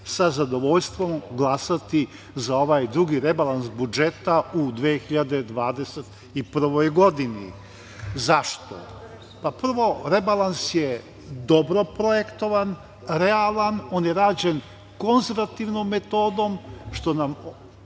sa zadovoljstvom glasati za ovaj drugi rebalans budžeta u 2021. godini.Zašto? Pa, prvo, rebalans je dobro projektovan, realan, on je rađen konzervativnom metodom, što nam